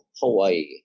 Hawaii